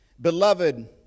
Beloved